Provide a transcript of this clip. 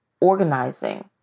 organizing